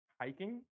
hiking